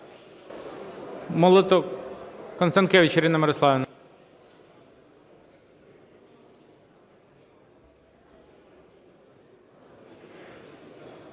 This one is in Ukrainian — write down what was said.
Молоток. Констанкевич Ірина Мирославівна.